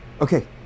okay